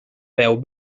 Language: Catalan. veu